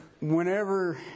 whenever